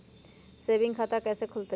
Saving खाता कैसे खुलतई?